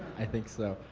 i think so.